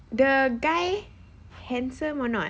the guy handsome or not